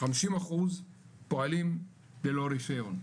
50 אחוז פועלים בלא רישיון,